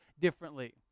differently